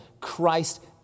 Christ